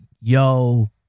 Yo